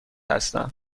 هستم